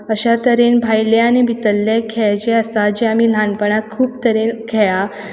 अशा तरेन भायल्यान भितरले खेळ जे आसा जे आमी ल्हानपणांत खूब तरेन खेळ्ळा